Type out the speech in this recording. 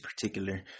particular